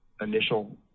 initial